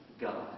God